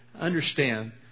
understand